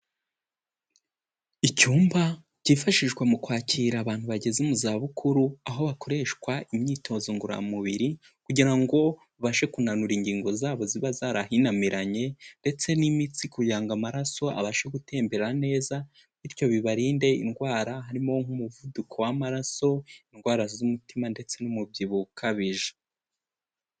Icyumba cyifashishwa mu kwakira abantu bageze mu za bukuru aho hakoreshwa imyitozo ngororamubiri kugira ngo babashe kunanura ingingo zabo ziba zarahinamiranye ndetse n'imitsi ku kugiraga amaraso abashe gutembera neza bityo bibarinde indwara harimo nk'umuvuduko w'amaraso indwara z'umutima ndetse n'umubyibuho ukabije.